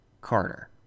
Carter